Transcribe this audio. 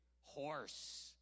horse